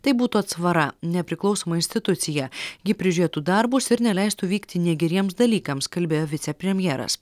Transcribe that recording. tai būtų atsvara nepriklausoma institucija ji prižiūrėtų darbus ir neleistų vykti negeriems dalykams kalbėjo vicepremjeras